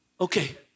Okay